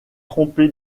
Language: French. trompé